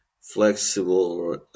flexible